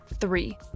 three